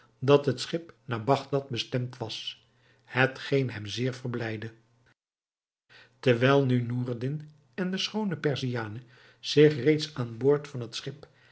dat het schip naar bagdad bestemd was hetgeen hem zeer verblijdde terwijl nu noureddin en de schoone perziane zich reeds aan boord van het schip